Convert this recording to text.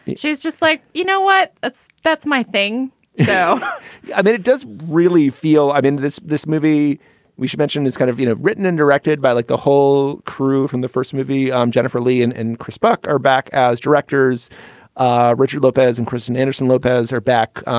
she's just like, you know what? that's that's my thing i mean, it does really feel i mean, this this movie we should mention is kind of, you know, written and directed by like the whole crew from the first movie. um jennifer lee and and chris buck are back as directors ah richard lopez and kristen anderson-lopez are back,